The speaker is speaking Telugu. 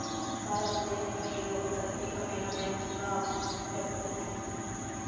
భారతదేశంలో ఇది ఒక ప్రత్యేకమైన బ్యాంకుగా చెప్పొచ్చు